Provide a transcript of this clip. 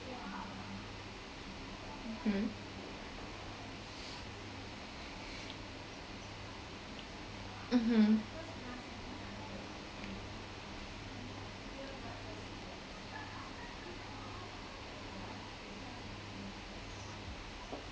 mmhmm mmhmm